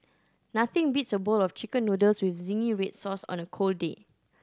nothing beats a bowl of Chicken Noodles with zingy red sauce on a cold day